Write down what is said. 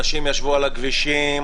אנשים ישבו על הכבישים,